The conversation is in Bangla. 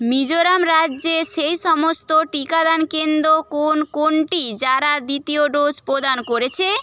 মিজোরাম রাজ্যে সেই সমস্ত টিকাদান কেন্দ্র কোন কোনটি যারা দ্বিতীয় ডোজ প্রদান করেছে